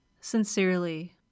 Sincerely